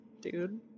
dude